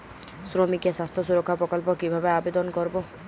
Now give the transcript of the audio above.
শ্রমিকের স্বাস্থ্য সুরক্ষা প্রকল্প কিভাবে আবেদন করবো?